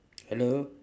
hello